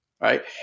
right